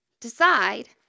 decide